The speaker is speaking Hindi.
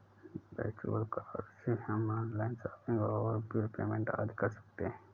वर्चुअल कार्ड से हम ऑनलाइन शॉपिंग और बिल पेमेंट आदि कर सकते है